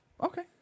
Okay